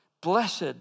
Blessed